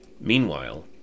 Meanwhile